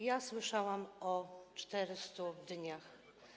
Ja słyszałam o 400 dniach.